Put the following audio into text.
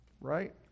right